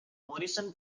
morrison